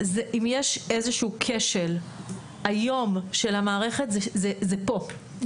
אם יש איזשהו כשל היום של המערכת זה פה,